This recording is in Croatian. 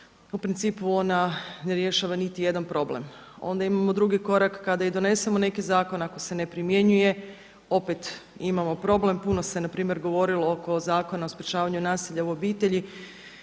u principu ona ne rješava niti jedan problem. Onda imamo drugi korak kada i donesemo neki zakon ako se ne primjenjuje opet imamo problem. Puno se na primjer govorilo oko Zakona o sprječavanju nasilja u obitelji,